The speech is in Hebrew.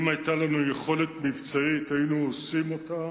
אם היתה לנו יכולת מבצעית היינו משתמשים בה.